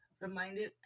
reminded